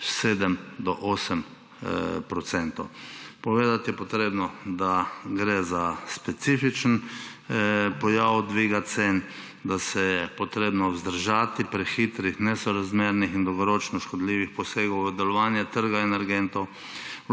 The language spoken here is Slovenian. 7 do 8 %. Povedati je potrebno, da gre za specifičen pojav dviga cen, da se je potrebno vzdržati prehitrih, nesorazmernih in dolgoročno škodljivih posegov v delovanje trga energentov.